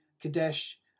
Kadesh